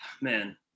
Man